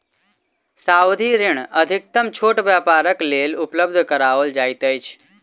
सावधि ऋण अधिकतम छोट व्यापारक लेल उपलब्ध कराओल जाइत अछि